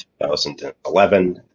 2011